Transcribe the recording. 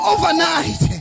Overnight